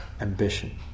ambition